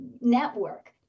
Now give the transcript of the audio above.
network